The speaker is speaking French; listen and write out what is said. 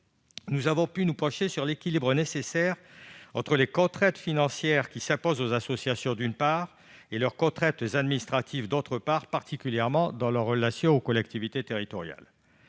nous avons pu nous pencher sur l'équilibre nécessaire entre, d'une part, les contraintes financières qui s'imposent aux associations, et, d'autre part, leurs contraintes administratives, tout particulièrement dans leurs relations avec les collectivités territoriales.